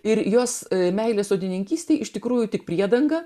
ir jos meilė sodininkystėje iš tikrųjų tik priedanga